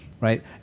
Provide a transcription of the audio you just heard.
right